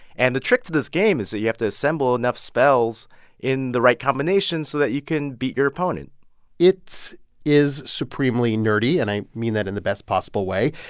and the trick to this game is that you have to assemble enough spells in the right combination so that you can beat your opponent it is supremely nerdy, and i mean that in the best possible way.